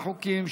52 בעד.